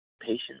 Patience